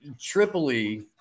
Tripoli